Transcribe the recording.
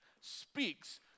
speaks